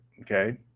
okay